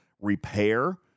repair